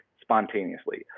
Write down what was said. spontaneously